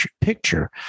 picture